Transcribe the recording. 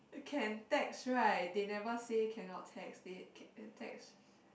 can text right they never say cannot text they text